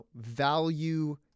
value